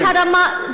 את הרמה,